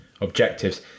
objectives